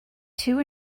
two